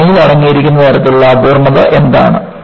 ഘടനയിൽ അടങ്ങിയിരിക്കുന്ന തരത്തിലുള്ള അപൂർണ്ണത എന്താണ്